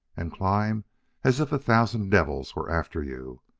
and climb as if a thousand devils were after you,